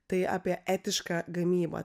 tai apie etišką gamybą